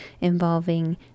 involving